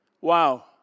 Wow